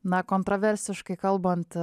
na kontroversiškai kalbant